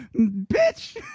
Bitch